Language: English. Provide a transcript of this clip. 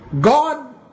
God